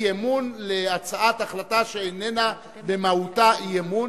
אי-אמון להצעת החלטה שאיננה במהותה אי-אמון,